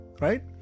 right